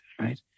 right